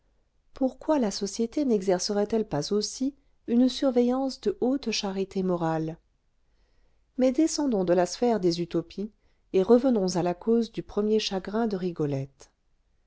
pourquoi la société nexercerait elle pas aussi une surveillance de haute charité morale mais descendons de la sphère des utopies et revenons à la cause du premier chagrin de rigolette